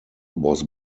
was